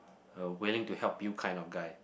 a willing to help you kind of guy